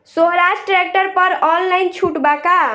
सोहराज tractor पर online छूट बा का?